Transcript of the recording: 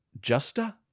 Justa